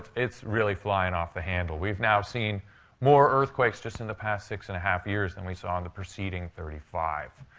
it's really flying off the handle. we've now seen more earthquakes just in the past six and a half years than we saw in the preceding thirty five.